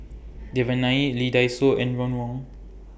Devan Nair Lee Dai Soh and Ron Wong